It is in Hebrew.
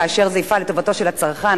כאשר זה יפעל לטובתו של הצרכן,